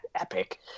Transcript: epic